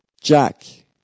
Jack